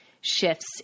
shifts